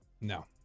No